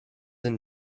and